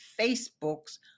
facebook's